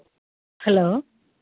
hello